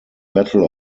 battle